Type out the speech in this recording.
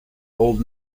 old